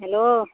hello